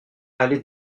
allée